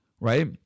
right